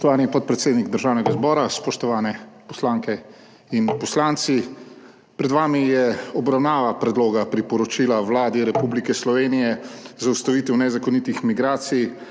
Spoštovani podpredsednik Državnega zbora, spoštovane poslanke in poslanci! Pred vami je obravnava Predloga priporočila Vladi Republike Slovenije za ustavitev nezakonitih migracij